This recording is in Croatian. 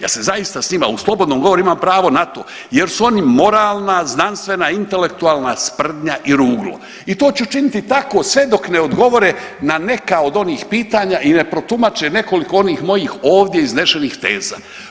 Ja se zaista s njima u slobodnim govorima, imam pravo na to jer su oni moralna, znanstvena, intelektualna sprdnja i ruglo i to ću činiti tako sve dok ne odgovore na neka od onih pitanja i ne protumače nekoliko onih mojih ovdje iznešenih teza.